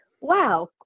wow